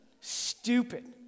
stupid